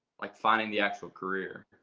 like finding the actual career.